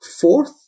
Fourth